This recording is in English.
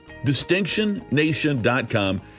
distinctionnation.com